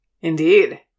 Indeed